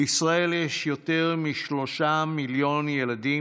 בישראל יש יותר משלושה מיליון ילדים,